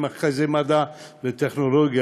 מרכזי מדע וטכנולוגיה,